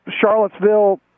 Charlottesville